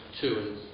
two